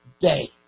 Day